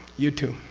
you too.